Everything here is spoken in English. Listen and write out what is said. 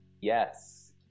Yes